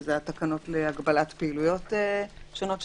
שזה התקנות להגבלת פעילויות שונות,